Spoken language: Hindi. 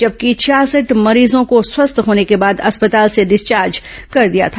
जबकि छियासठ मरीजों को स्वस्थ होने के बाद अस्पताल से डिस्चार्ज कर दिया था